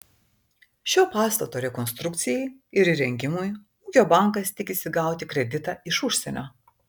šio pastato rekonstrukcijai ir įrengimui ūkio bankas tikisi gauti kreditą iš užsienio